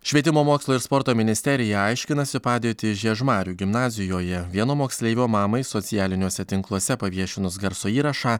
švietimo mokslo ir sporto ministerija aiškinasi padėtį žiežmarių gimnazijoje vieno moksleivio mamai socialiniuose tinkluose paviešinus garso įrašą